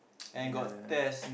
!aiya!